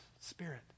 Spirit